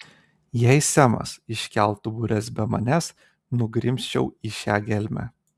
jei semas iškeltų bures be manęs nugrimzčiau į šią gelmę